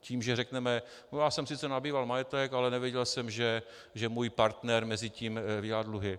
Tím, že řekneme: Já jsem sice nabýval majetek, ale nevěděl jsem, že můj partner mezitím dělá dluhy.